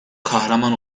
kahraman